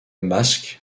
masque